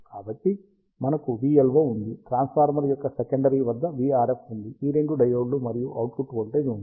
కాబట్టి మనకు vLO ఉంది ట్రాన్స్ఫార్మర్ యొక్క సెకండరీ వద్ద vRF ఉన్నది ఈ రెండు డయోడ్లు మరియు అవుట్పుట్ వోల్టేజ్ ఉంది